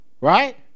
Right